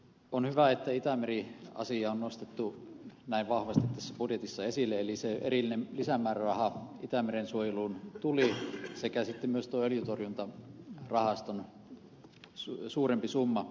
on hyvä että itämeri asia on nostettu näin vahvasti tässä budjetissa esille eli se erillinen lisämääräraha itämeren suojeluun tuli sekä sitten myös tuon öljyntorjuntarahaston suurempi summa